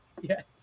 Yes